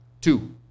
two